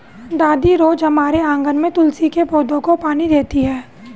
दादी रोज हमारे आँगन के तुलसी के पौधे को पानी देती हैं